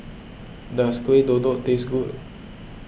does Kuih Kodok taste good